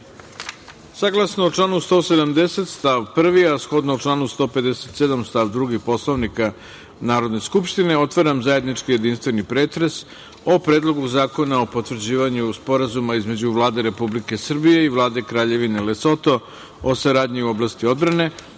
članu 170. stav 1, a shodno članu 157. stav 2. Poslovnika Narodne skupštine, otvaram zajednički jedinstveni pretres o Predlogu zakona o potvrđivanju Sporazuma između Vlade Republike Srbije i Vlade Kraljevine Lesoto o saradnji u oblasti odbrane